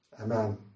Amen